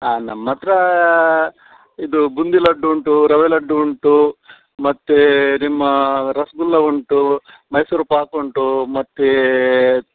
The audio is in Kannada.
ಹಾಂ ನಮ್ಮತ್ರ ಇದು ಬುಂದಿ ಲಡ್ಡು ಉಂಟು ರವೆ ಲಡ್ಡು ಉಂಟು ಮತ್ತೆ ನಿಮ್ಮ ರಸಗುಲ್ಲ ಉಂಟು ಮೈಸೂರು ಪಾಕ್ ಉಂಟು ಮತ್ತೇ